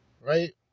right